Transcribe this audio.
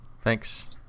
Thanks